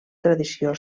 tradició